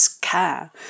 care